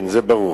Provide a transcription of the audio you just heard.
כן, זה ברור.